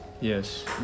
Yes